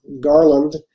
Garland